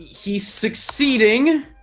he's succeeding